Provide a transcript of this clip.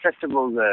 festivals